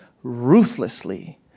Ruthlessly